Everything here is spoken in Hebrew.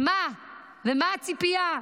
ומה הציפייה?